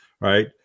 Right